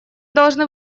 должны